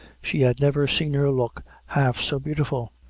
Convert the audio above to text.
she had never seen her look half so beautiful.